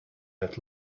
that